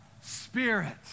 Spirit